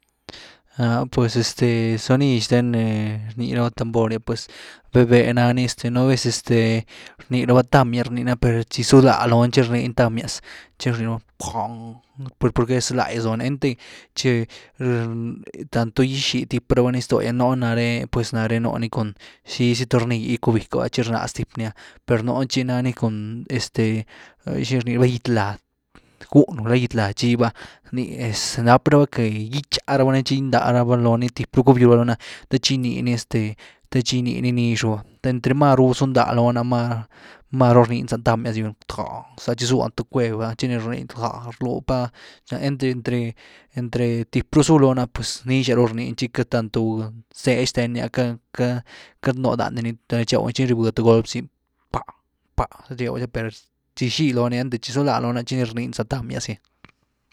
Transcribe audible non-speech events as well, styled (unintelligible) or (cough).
Aäh, pues (hesitation) este sonid xten ni rni rabá tambor’gy pues véh vpeh nani este nú vez este rny raba tamb’gy rnii. per tci zundá lony tchi rnyn támb’yas, txy nin ¡pong! Pur-pur porque zulá’gyas lony, enity tchi (unintelligible) tanto gyxytíp rabá ni zto’gy, nuni náre pues nare nuni cun xizy tornill gycubiekyw tchi rnas tip ni’ah, per nuntchi nanu cun (hesitation) este xini rni raba gyd-lady gún, gulá gyd-lady chiv’ah ni es, nápraba que gytxáha raba ni tchi gyndá raba loni tip ru ckubyw raba ni ah tchi gininy este, the tchi gyniny nëx ru ba, entre máru zundá loni máru rniny za tamb’yas gy’ba, “¡tong!”, za tchi zú lany th cuev’ah, tchi ni runny ¡tang!, rlwy pa, enty entre-entre tip ru zú lony ah puz nixhaz ru rnin tchi (unintelligible) tanto zëe’h xhenni queity-queity-queity nú dandiny tchi tchew tchi rioby th golp’zy, ¡pac! ¡Pac!, ryew, per tchi xíi lony, einty tchi zu láa lony tchi ni rnyn za tamb’yas gy.